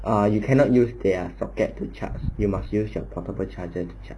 ah you cannot use their socket to charge you must use your proper charger to charge